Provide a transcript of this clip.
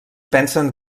pensen